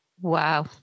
Wow